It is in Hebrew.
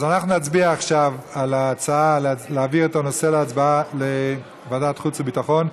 אז אנחנו נצביע עכשיו על ההצעה להעביר את הנושא לוועדת חוץ וביטחון.